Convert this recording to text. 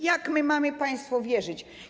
Jak my mamy państwu wierzyć?